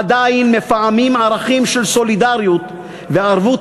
עדיין מפעמים ערכים של סולידריות וערבות